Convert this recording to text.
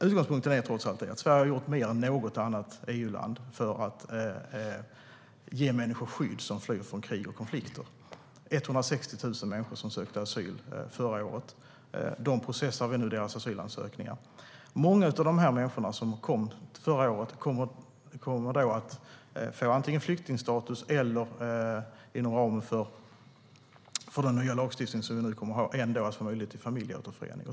Utgångspunkten är att Sverige har gjort mer än något annat EU-land för att ge skydd åt människor som flyr från krig och konflikter. 160 000 människor sökte asyl i Sverige förra året. Deras asylansökningar processar vi nu. Många av dem som kom under förra året kommer att få antingen flyktingstatus eller möjlighet till familjeåterförening, inom ramen för den nya lagstiftning som vi kommer att få.